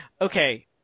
okay